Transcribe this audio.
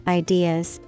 ideas